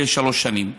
שלוש שנים.